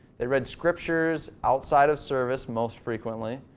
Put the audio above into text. they read scriptures outside of service most frequently.